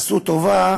עשו טובה,